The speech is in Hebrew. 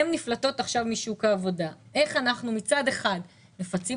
והן נפלטות עכשיו משוק העבודה ואיך אנחנו מצד אחד מפצים